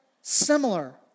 similar